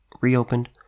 reopened